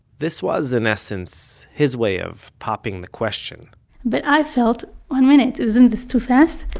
this was, in essence, his way of popping the question but i felt, one minute, isn't this too fast?